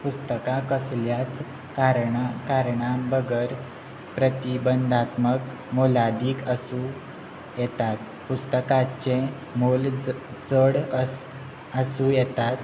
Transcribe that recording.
पुस्तकां कसल्याच कारणां बर प्रतिबंदात्मक मोलादीक आसूं येतात पुस्तकाचे मोल चड आसूं येतात